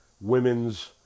women's